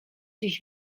coś